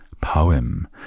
poem